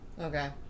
Okay